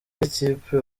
bw’ikipe